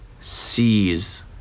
sees